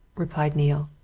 replied neale.